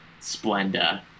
splenda